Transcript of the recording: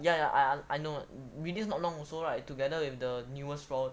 ya ya I know release not long also right together with the newest phone